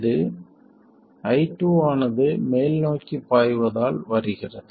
இது i2 ஆனது மேல்நோக்கி பாய்வதால் வருகிறது